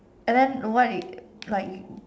and then what if like